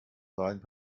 seinen